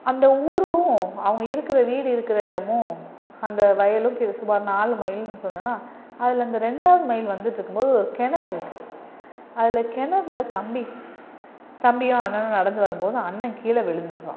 அந்த ஊரும் அவங்க இருக்கிற வீடு இருக்கிற இடமும் அந்த வயலும் கி சுமார் நாலு மைல்ன்னு சொன்னனா அதில் அந்த ரெண்டாவது மைல் வந்துட்டு இருக்கும் போது ஒரு கிணறு இருக்கு அதில் கிணறுல தம்பி தம்பியும் அண்ணனும் நடந்து வரும் போது அண்ணன் கீழே விழுந்துடுறான்